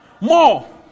More